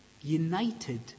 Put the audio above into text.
united